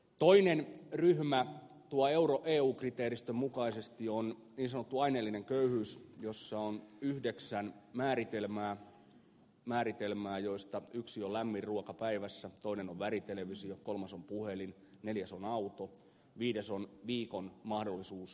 toinen ryhmä tuon eu kriteeristön mukaisesti on niin sanottu aineellinen köyhyys jossa on yhdeksän määritelmää joista yksi on lämmin ruoka päivässä toinen on väritelevisio kolmas on puhelin neljäs on auto viides on viikon mahdollisuus lomaan